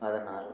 அதனால்